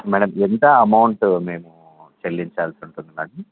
madam ఎంత amount మేము చెల్లించాల్సి ఉంటుంది మేడమ్